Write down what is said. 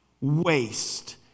waste